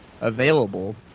available